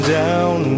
down